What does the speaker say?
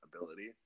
ability